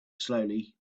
slowly